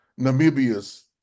Namibia's